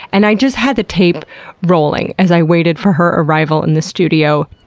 and i just had the tape rolling as i waited for her arrival in the studio,